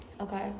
Okay